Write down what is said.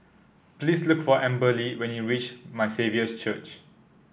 please look for Amberly when you reach My Saviour's Church